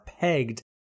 pegged